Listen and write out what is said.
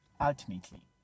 ultimately